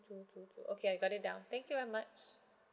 two two two okay I got it down thank you very much